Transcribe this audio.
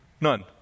none